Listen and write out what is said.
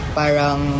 parang